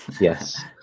yes